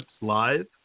live